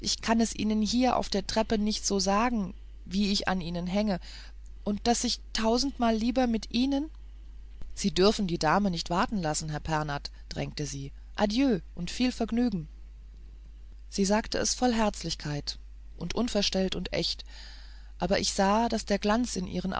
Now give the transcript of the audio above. kann es ihnen hier auf der treppe nicht so sagen wie ich an ihnen hänge und daß ich tausendmal lieber mit ihnen sie dürfen die dame nicht warten lassen herr pernath drängte sie adieu und viel vergnügen sie sagte es voll herzlichkeit und unverstellt und echt aber ich sah daß der glanz in ihren